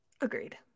agreed